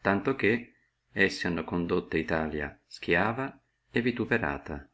tanto che li hanno condotta italia stiava e vituperata